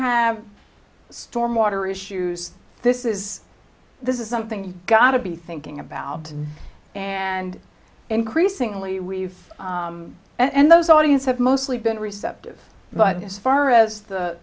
have storm water issues this is this is something you've got to be thinking about and increasingly we and those audience have mostly been receptive but as far as the